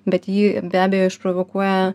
bet jį be abejo išprovokuoja